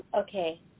Okay